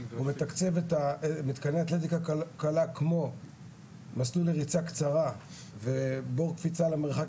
הוא מתקצב את מתקני אתלטיקה כמו מסלול לריצה קצרה ובור קפיצה למרחק,